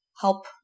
help